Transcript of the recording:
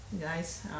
Guys